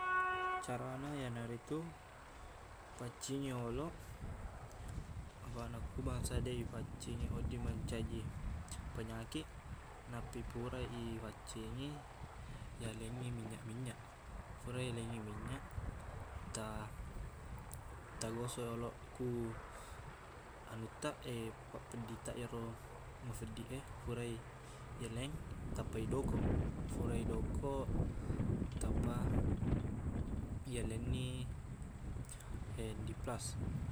Carana iyanaritu, paccingi yoloq. Afaqna, ku bangsa deq ipaccingi, odding mancaji penyakik. Nappa ipurai ifaccingi, yalengngi minyak-minyak. Fura yalengngi minyak, ta- tagosok yoloq ku anuttaq, papeddittaq yaro mafeddiq e furai yeleng, tappa idokoq. Fura idokoq, tappa yalenni handiplast.